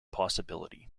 possibility